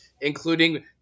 including